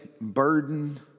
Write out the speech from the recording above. burden